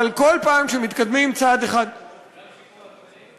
אבל כל פעם שמתקדמים צעד אחד, גם שיפור התנאים?